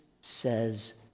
says